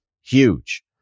huge